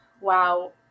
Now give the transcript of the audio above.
Wow